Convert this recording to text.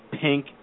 pink